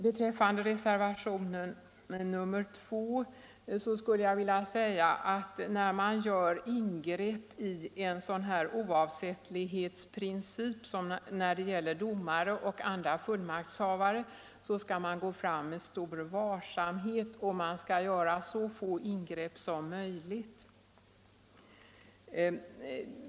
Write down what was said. Beträffande reservationen 2 skulle jag vilja säga att när man gör ingrepp i sådant som principen om domares och andra fullmaktshavares oavsättlighet skall man gå fram med stor varsamhet och göra så små ingrepp som möjligt.